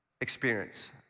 experience